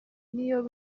n’iyo